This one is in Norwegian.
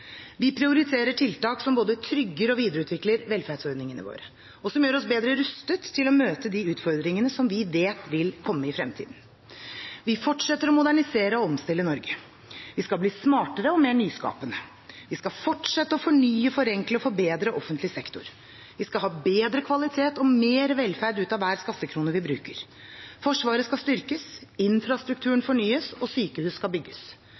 Vi prioriterer tiltak som både trygger og videreutvikler velferdsordningene våre, og som gjør oss bedre rustet til å møte de utfordringene som vi vet vil komme i fremtiden. Vi fortsetter å modernisere og omstille Norge. Vi skal bli smartere og mer nyskapende. Vi skal fortsette å fornye, forenkle og forbedre offentlig sektor. Vi skal ha bedre kvalitet og mer velferd ut av hver skattekrone vi bruker. Forsvaret skal styrkes, infrastrukturen skal fornyes, og sykehus skal bygges.